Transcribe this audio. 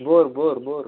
bore bore bore